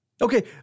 Okay